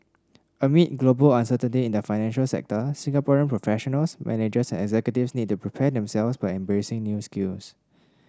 amid global uncertainty in the financial sector Singaporean professionals managers and executives need to prepare themselves by embracing new skills